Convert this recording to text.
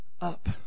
up